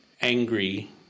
angry